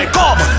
come